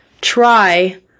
try